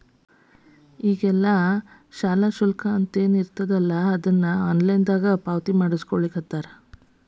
ಈಗೆಲ್ಲಾ ಶಾಲಾ ಶುಲ್ಕ ಅಂತೇನಿರ್ತದಲಾ ಅದನ್ನ ಆನ್ಲೈನ್ ದಾಗ ಪಾವತಿಮಾಡ್ಕೊಳ್ಳಿಖತ್ತಾರ